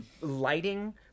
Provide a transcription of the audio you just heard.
lighting